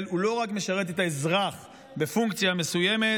הוא לא רק משרת את האזרח בפונקציה מסוימת,